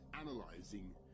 analyzing